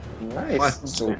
Nice